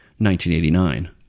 1989